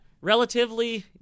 relatively